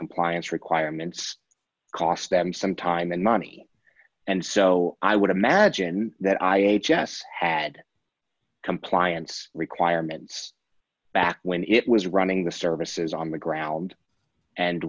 compliance requirements cost them some time and money and so i would imagine that i h s had compliance requirements back when it was running the services on the ground and